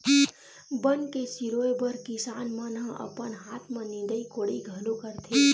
बन के सिरोय बर किसान मन ह अपन हाथ म निंदई कोड़ई घलो करथे